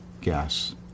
gas